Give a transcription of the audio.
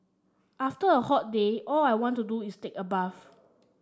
after a hot day all I want to do is take a bath